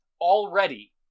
already